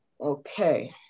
okay